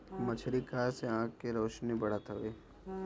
मछरी खाए से आँख के रौशनी बढ़त हवे